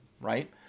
right